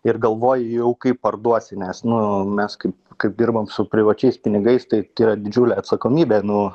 ir galvoji jau kaip parduosi nes nu mes kaip kaip dirbam su privačiais pinigais tai tai yra didžiulė atsakomybė nu